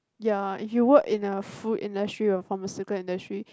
ya if you work in a food industry or pharmaceutical industry